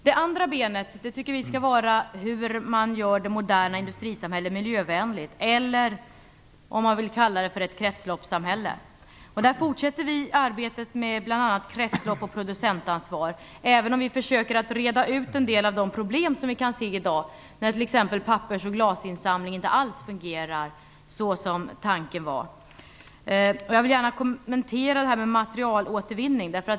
Det andra benet handlar om hur man gör det moderna industrisamhället miljövänligt, eller om man vill kalla det för ett kretsloppssamhälle. Vi fortsätter arbetet med bl.a. kretslopp och producentansvar, även om vi försöker reda ut en del av de problem som vi i dag kan se när t.ex. pappers och glasinsamlingen inte alls fungerar så som det var tänkt. Jag vill gärna kommentera frågan om materialåtervinning.